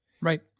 Right